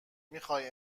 میخوای